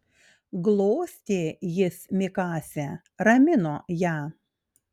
glostė jis mikasę ramino ją